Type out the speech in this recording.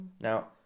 Now